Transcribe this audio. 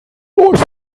läuft